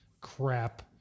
Crap